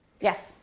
Yes